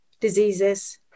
diseases